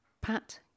Pat